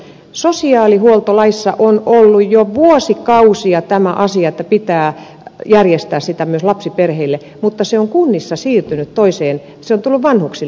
sosiaalihuoltolaissa on ollut jo vuosikausia tämä asia että pitää järjestää rahaa myös lapsiperheille mutta se on kunnissa siirtynyt vanhuksille